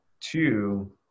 two